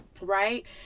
Right